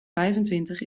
vijfentwintig